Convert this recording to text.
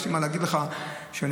יש לי מה להגיד לך, אני